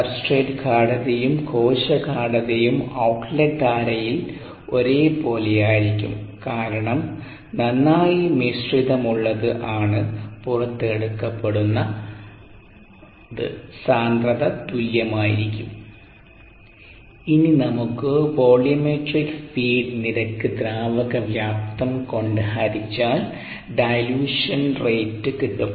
substrate ഗാഢതയും കോശ ഗാഢതയും ഔട്ട് ലെറ്റ് ധാരയിൽ ഒരേപോലെയായിരിക്കും കാരണം നന്നായി മിശ്രിതമുള്ളത് ആണ് പുറത്ത് എടുക്കപ്പെട്ടുന്നതസാന്ദ്രത തുല്യമായിരിക്കും ഇനി നമുക്ക് വോളിയോമെട്രിക് ഫീഡ് നിരക്ക് ദ്രാവക വ്യാപ്തം കൊണ്ട് ഹരിച്ചാൽ ഡയല്യൂഷൻ റേറ്റ് കിട്ടും